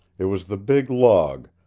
it was the big log,